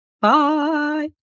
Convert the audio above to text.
Bye